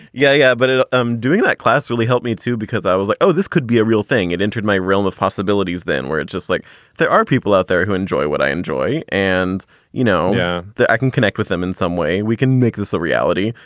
yeah. yeah but um doing that class really helped me, too, because i was like, oh, this could be a real thing. it entered my realm of possibilities then where it's just like there are people out there who enjoy what i enjoy and you know yeah that i can connect with them in some way. we can make this a reality,